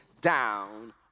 down